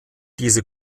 diese